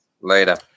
Later